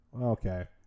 Okay